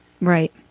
Right